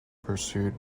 pursued